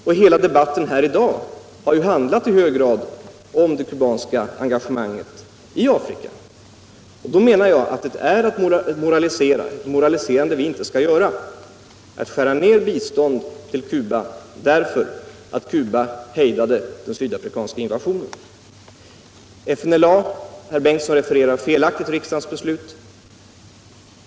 Och hela debatten här i dag har i hög grad handlat om det kubanska engagemanget I Afrika. Då menar jag att det är ett moraliserande, ett moraliserande som vi inte skall ägna oss åt. när man vill skära ned biståndet till Cuba därför att landet hejdade den sydafrikanska invasionen. Vidare refererar herr Bengtson felaktigt riksdagens beslut.